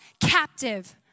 captive